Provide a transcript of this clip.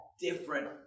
different